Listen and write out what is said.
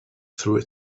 through